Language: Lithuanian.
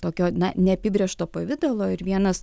tokio na neapibrėžto pavidalo ir vienas